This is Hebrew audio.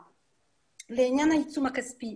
לעניין העיצום הכספי.